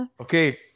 okay